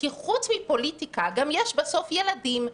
כי חוץ מפוליטיקה, גם יש בסוף ילדים.